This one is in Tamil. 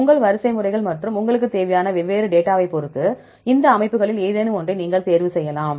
உங்கள் வரிசைமுறைகள் மற்றும் உங்களுக்குத் தேவையான வெவ்வேறு டேட்டா வைப் பொறுத்து இந்த அமைப்புகளில் ஏதேனும் ஒன்றை நீங்கள் தேர்வு செய்யலாம்